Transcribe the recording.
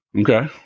Okay